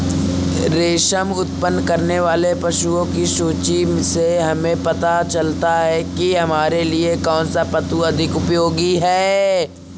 रेशम उत्पन्न करने वाले पशुओं की सूची से हमें पता चलता है कि हमारे लिए कौन से पशु अधिक उपयोगी हैं